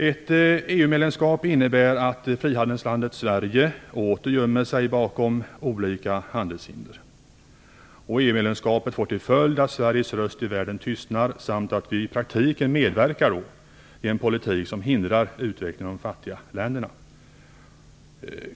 Ett EU-medlemskap innebär att frihandelslandet Sverige åter gömmer sig bakom olika handelshinder. EU-medlemskapet får till följd att Sveriges röst i världen tystnar samt att Sverige i praktiken medverkar till en politik som hindrar utvecklingen i de fattiga länderna.